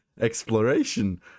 exploration